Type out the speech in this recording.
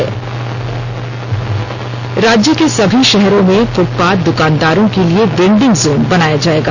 vending zone राज्य के सभी शहरों में फृटपाथ द्वकानदारों के लिए वेंडिंग जोन बनाया जाएगा